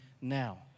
now